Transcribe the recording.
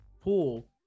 pool